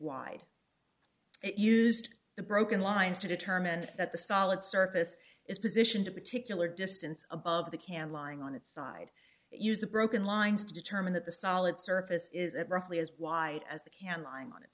wide it used the broken lines to determine that the solid surface is positioned to particular distance above the can lying on its side use the broken lines to determine that the solid surface is at roughly as wide as the can lying on its